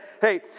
hey